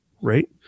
right